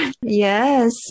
Yes